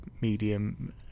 medium